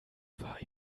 war